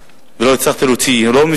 2009, 2010, ומה יהיה התקציב ל-2011 ו-2012.